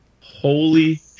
Holy